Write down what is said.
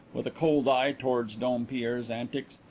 with a cold eye towards dompierre's antics,